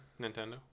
nintendo